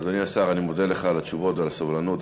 אדוני השר, אני מודה לך על התשובות ועל הסבלנות.